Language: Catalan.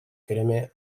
crema